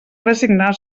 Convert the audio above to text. resignar